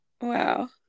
wow